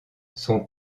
son